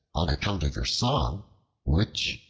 on account of your song which,